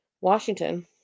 Washington